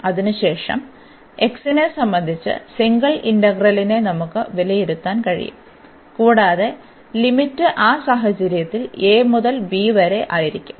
അതിനുശേഷം x നെ സംബന്ധിച്ച് സിംഗിൾ ഇന്റഗ്രലിനെ നമുക്ക് വിലയിരുത്താൻ കഴിയും കൂടാതെ ലിമിറ്റ് ആ സാഹചര്യത്തിൽ a മുതൽ b വരെ ആയിരിക്കും